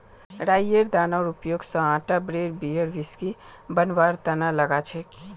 राईयेर दानार उपयोग स आटा ब्रेड बियर व्हिस्की बनवार तना लगा छेक